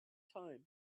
time